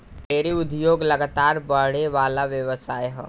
dairy उद्योग लगातार बड़ेवाला व्यवसाय ह